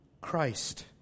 Christ